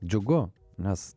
džiugu nes